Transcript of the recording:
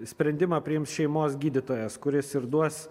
sprendimą priims šeimos gydytojas kuris ir duos